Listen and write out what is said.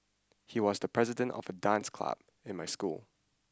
he was the president of the dance club in my school